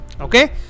okay